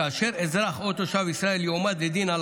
כאשר אזרח או תושב ישראל יועמד לדין על